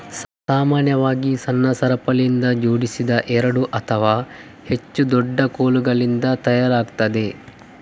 ಸಾಮಾನ್ಯವಾಗಿ ಸಣ್ಣ ಸರಪಳಿಯಿಂದ ಜೋಡಿಸಿದ ಎರಡು ಅಥವಾ ಹೆಚ್ಚು ದೊಡ್ಡ ಕೋಲುಗಳಿಂದ ತಯಾರಾಗ್ತದೆ